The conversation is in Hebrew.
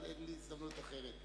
אבל אין לי הזדמנות אחרת.